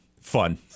fun